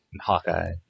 Hawkeye